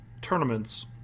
tournaments